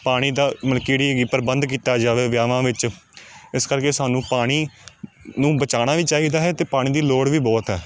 ਪਾਣੀ ਦਾ ਮਤਲਬ ਕਿਹੜੀ ਹੈਗੀ ਪ੍ਰਬੰਧ ਕੀਤਾ ਜਾਵੇ ਵਿਆਹਾਂ ਵਿੱਚ ਇਸ ਕਰਕੇ ਸਾਨੂੰ ਪਾਣੀ ਨੂੰ ਬਚਾਉਣਾ ਵੀ ਚਾਹੀਦਾ ਹੈ ਅਤੇ ਪਾਣੀ ਦੀ ਲੋੜ ਵੀ ਬਹੁਤ ਹੈ